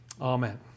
Amen